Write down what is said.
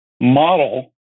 model